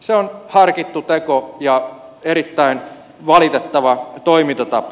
se on harkittu teko ja erittäin valitettava toimintatapa